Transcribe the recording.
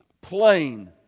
plain